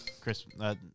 Christmas